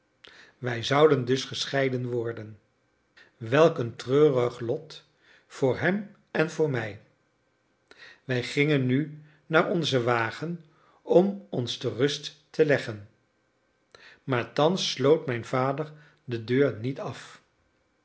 wij zouden dus gescheiden worden welk een treurig lot voor hem en voor mij wij gingen nu naar onzen wagen om ons te rust te leggen maar thans sloot mijn vader de deur niet af